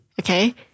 Okay